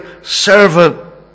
servant